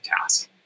task